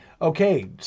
Okay